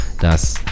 dass